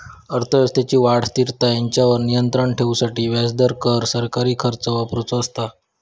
अर्थव्यवस्थेची वाढ, स्थिरता हेंच्यावर नियंत्राण ठेवूसाठी व्याजदर, कर, सरकारी खर्च वापरुचो असता